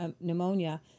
pneumonia